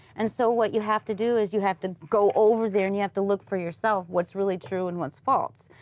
and so what you have to do is you have to go over there and you have to look for yourself, what's really true and what's false.